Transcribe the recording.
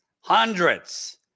Hundreds